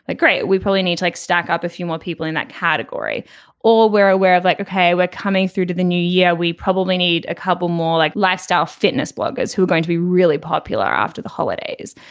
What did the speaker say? great. we probably need to like stack up a few more people in that category or we're aware of like ok we're coming through to the new year we probably need a couple more like lifestyle fitness bloggers who are going to be really popular after the holidays.